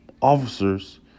Officers